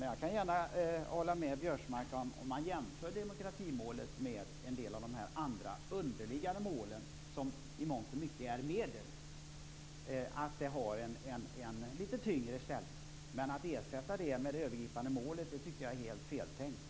Men jag kan gärna hålla med Biörsmark om att om man jämför demokratimålet med en del av de andra, underliggande målen, som i mångt och mycket är medel, har det en lite tyngre ställning. Men att ersätta det övergripande målet med detta är helt feltänkt.